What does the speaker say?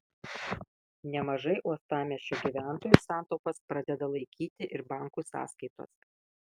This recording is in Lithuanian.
nemažai uostamiesčio gyventojų santaupas pradeda laikyti ir bankų sąskaitose